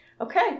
Okay